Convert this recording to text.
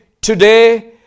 today